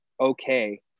okay